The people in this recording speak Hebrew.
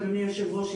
אדוני היושב ראש,